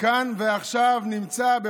כאן ועכשיו נמצא.